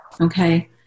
Okay